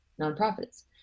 nonprofits